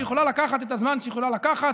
שיכולה לקחת את הזמן שהיא יכולה לקחת,